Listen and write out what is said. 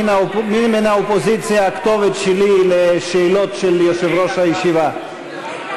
מי מהאופוזיציה הכתובת שלי לשאלות של יושב-ראש הישיבה,